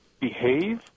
behave